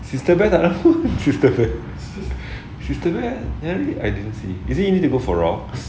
sister bear tak datang sister bear ni hari I didn't see is it need to go for rocks